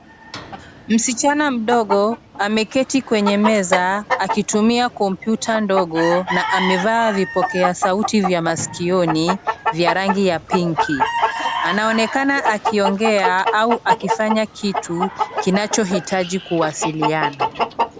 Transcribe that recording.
Msichana mdogo ameketi kwenye meza akitumia kompyuta ndogo na amevaa vipokea sauti vya masikioni vya rangi ya pinki. Anaonekana akiongea au akifanya kitu kinachohitaji kuwasiliana.